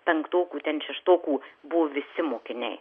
penktokų ten šeštokų buvo visi mokiniai